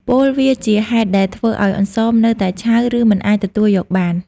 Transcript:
ពោលវាជាហេតុដែលធ្វើឲ្យអន្សមនៅតែឆៅ ឬមិនអាចទទួលយកបាន។